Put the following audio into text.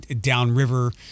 downriver